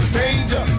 danger